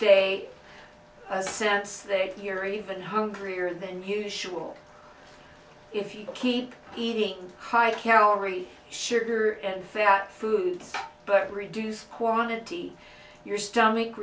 day a sense they hear even hungrier than usual if you keep eating high calorie sugar and fat foods but reduce quantity your stomach